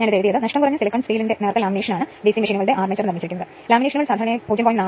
ഈ വൈദ്യുതി I1 ന് മുമ്പുള്ളതുപോലെ മുകളിലേക്കുള്ള ദിശ I2 I1 ആണ് കൂടാതെ ലോഡിലേക്ക് പോകുന്ന